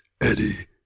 Eddie